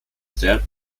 starred